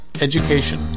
education